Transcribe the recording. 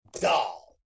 doll